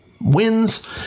wins